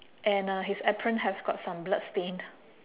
and uh his apron has got some bloodstain